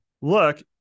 look